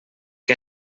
què